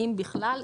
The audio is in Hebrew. אם בכלל,